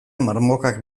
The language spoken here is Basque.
marmokak